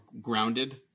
grounded